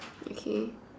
okay